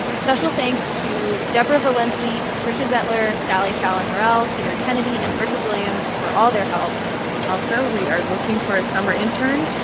special thanks to deborah valenze, patricia zettler, sally fallon morell, peter kennedy and richard williams for all their help also, we are looking for a summer intern.